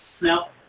Now